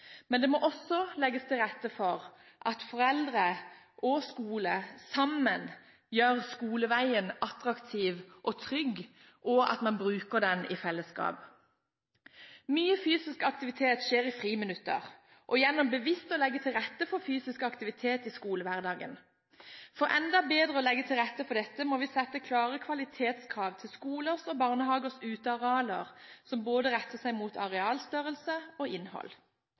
Men det må også legges til rette for at foreldre og skole sammen gjør skoleveien attraktiv og trygg, og at man bruker den i fellesskap. Mye fysisk aktivitet skjer i friminuttene og gjennom bevisst å legge til rette for fysisk aktivitet i skolehverdagen. For enda bedre å legge til rette for dette må vi sette klare kvalitetskrav til skolers og barnehagers utearealer som retter seg mot både arealstørrelse og innhold.